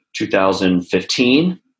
2015